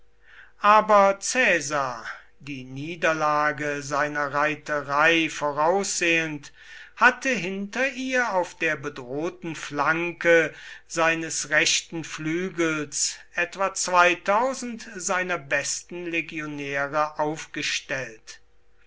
aber caesar die niederlage seiner reiterei voraussehend hatte hinter ihr auf der bedrohten flanke seines rechten flügels etwa seiner besten legionäre aufgestellt